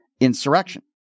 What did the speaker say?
insurrection